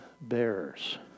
bearers